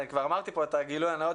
אני כבר אמרתי פה את הגילוי הנאות